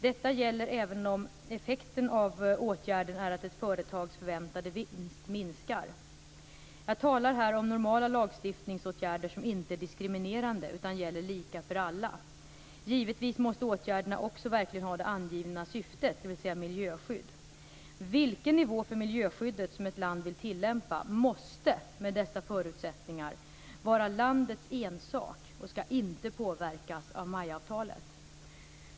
Detta gäller även om effekten av åtgärden är att ett företags förväntade vinst minskar. Jag talar här om normala lagstiftningsåtgärder som inte är diskriminerande utan gäller lika för alla. Givetvis måste åtgärderna också verkligen ha det angivna syftet, dvs. miljöskydd. Vilken nivå för miljöskyddet som ett land vill tillämpa måste - med dessa förutsättningar - vara landets ensak och skall inte påverkas av MAI-avtalet.